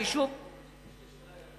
יש לי שאלה אליך.